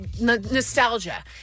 nostalgia